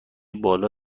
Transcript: بالا